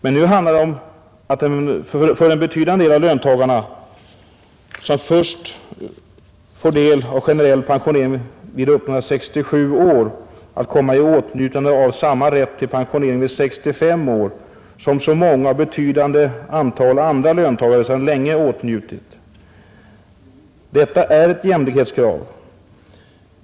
Men nu handlar det om att en betydande del av löntagarna, som först får del av en generell pensionering vid uppnådda 67 år, skall komma i åtnjutande av samma rätt till pensionering vid 65 år som så många andra löntagare sedan länge åtnjutit. Detta är ett jämlikhetskrav.